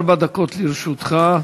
ארבע דקות לרשותך.